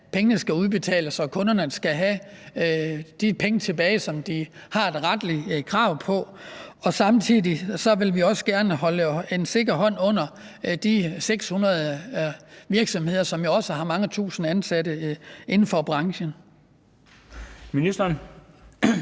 når pengene skal udbetales og kunderne skal have de penge tilbage, som de rettelig har krav på. Samtidig vil vi også gerne holde en sikker hånd under de 600 virksomheder, som også har mange tusinde ansatte inden for branchen.